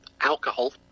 alcohol